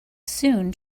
soon